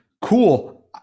Cool